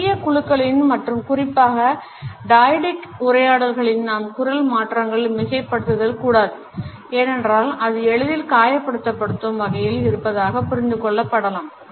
சிறிய குழுக்களில் மற்றும் குறிப்பாக dyadic உரையாடல்களில் நாம் குரல் மாற்றங்களை மிகைப்படுத்துதல் கூடாது ஏனென்றால் அது எளிதில் காயப்படுத்தப்படுத்தும் வகையில் இருப்பதாக புரிந்து கொள்ளப்படலாம்